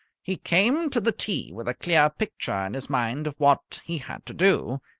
he came to the tee with a clear picture in his mind of what he had to do,